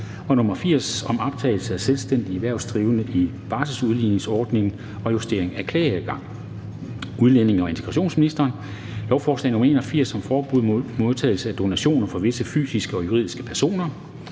(Optagelse af selvstændigt erhvervsdrivende i barselsudligningsordningen og justering af klageadgang)). Udlændinge- og integrationsministeren (Mattias Tesfaye): Lovforslag nr. L 81 (Forslag til lov om forbud mod modtagelse af donationer fra visse fysiske og juridiske personer.)